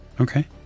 Okay